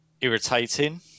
irritating